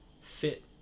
fit